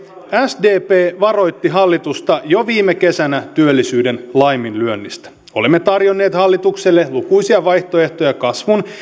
sdp varoitti hallitusta jo viime kesänä työllisyyden laiminlyönnistä olemme tarjonneet hallitukselle lukuisia vaihtoehtoja kasvun